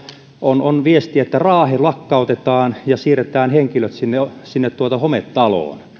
on on viesti että raahe lakkautetaan ja siirretään henkilöt sinne hometaloon